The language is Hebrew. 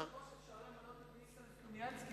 אפשר למנות את ניסן סלומינסקי,